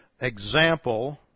example